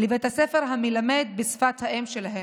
לבית הספר שמלמד בשפת האם שלהם,